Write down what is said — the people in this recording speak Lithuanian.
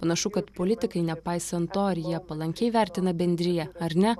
panašu kad politikai nepaisant to ar jie palankiai vertina bendriją ar ne